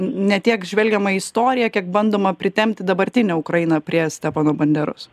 ne tiek žvelgiama į istoriją kiek bandoma pritempti dabartinę ukrainą prie stepano banderos